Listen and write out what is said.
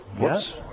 Yes